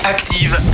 Active